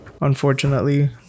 unfortunately